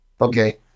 okay